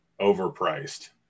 overpriced